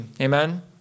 Amen